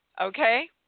okay